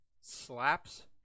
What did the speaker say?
slaps